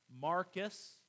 Marcus